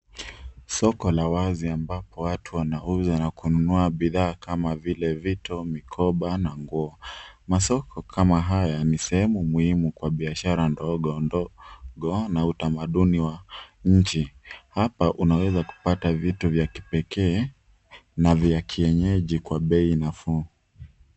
Soko la wazi ambapo watu wanauza na kununua bidhaa kama vito mikoba na nguo. Masoko kama haya ni sehemu muhimu kwa biashara ndogo ndogo, na utamaduni wa nchi. Hapa unawezapata vitu vya kipekee na za kienyeji kwa bei nafuu.